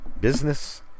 business